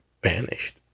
banished